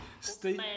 Steve